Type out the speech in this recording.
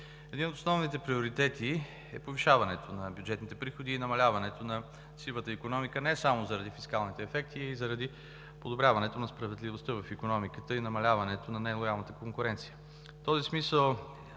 Един от основните приоритети е повишаването на бюджетните приходи и намаляването на сивата икономика не само заради фискалните ефекти, а и заради подобряването на справедливостта в икономиката и намаляването на нелоялната конкуренция.